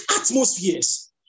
atmospheres